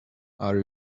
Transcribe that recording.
are